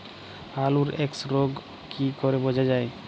আলুর এক্সরোগ কি করে বোঝা যায়?